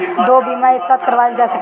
दो बीमा एक साथ करवाईल जा सकेला?